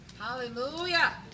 Hallelujah